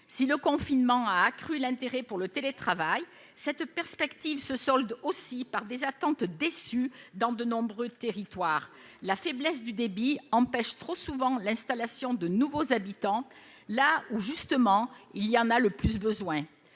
Si le confinement a accru l'intérêt pour le télétravail, cette perspective se solde aussi par des attentes déçues dans de nombreux territoires. La faiblesse du débit empêche trop souvent l'installation de nouveaux habitants, là où il y en a justement le plus besoin.